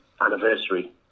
anniversary